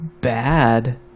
bad